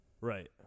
Right